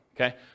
okay